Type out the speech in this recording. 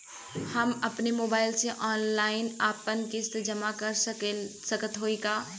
हम अपने मोबाइल से ऑनलाइन आपन किस्त जमा कर सकत हई का?